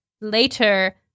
later